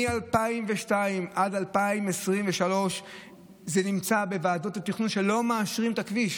מ-2002 עד 2023 זה נמצא בוועדות התכנון ולא מאשרים את הכביש,